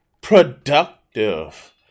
productive